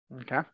Okay